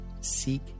seek